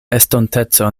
estonteco